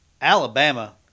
Alabama